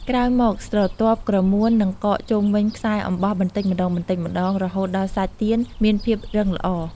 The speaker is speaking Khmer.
ក្រោយមកស្រទាប់ក្រមួននឹងកកជុំវិញខ្សែអំបោះបន្តិចម្ដងៗ រហូតដល់សាច់ទៀនមានភាពរឹងល្អ។